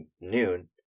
noon